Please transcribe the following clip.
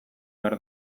behar